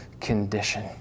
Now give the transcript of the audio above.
condition